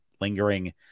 lingering